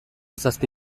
zazpi